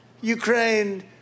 Ukraine